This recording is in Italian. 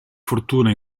fortuna